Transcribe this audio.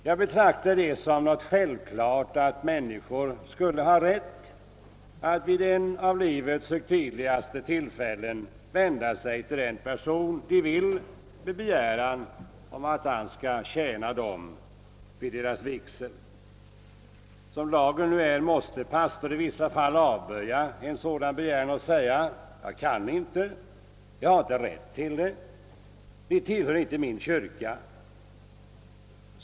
Jag betraktar det som något självklart att människor skall ha rätt att vid ett av livets högtidligaste tillfällen vända sig till den person de vill med begäran att han skall tjäna dem vid deras vigsel. Som lagen nu är måste pastor i vissa fall avböja en sådan begäran och anföra att han inte kan, inte har rätt att förrätta vigsel, eftersom kontrahenterna inte tillhör hans kyrka.